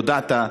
והודעת,